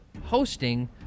hosting